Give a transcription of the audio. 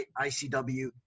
ICW